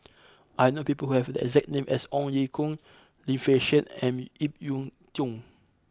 I know people who have the exact name as Ong Ye Kung Lim Fei Shen and Ip Yiu Tung